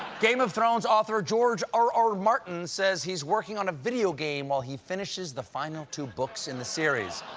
game of thrones author george r r. martin says he's working on a video game while he finishes the final two books in the series.